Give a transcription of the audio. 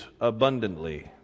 abundantly